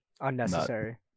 unnecessary